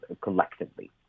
collectively